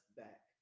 back